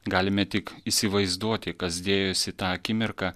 galime tik įsivaizduoti kas dėjosi tą akimirką